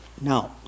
Now